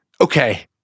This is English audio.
okay